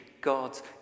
God's